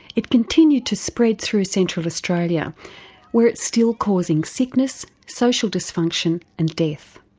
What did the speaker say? it continued to spread through central australia where it's still causing sickness, social dysfunction and death.